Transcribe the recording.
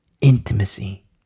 Intimacy